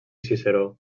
ciceró